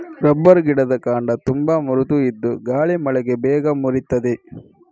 rubber ಗಿಡದ ಕಾಂಡ ತುಂಬಾ ಮೃದು ಇದ್ದು ಗಾಳಿ ಮಳೆಗೆ ಬೇಗ ಮುರೀತದೆ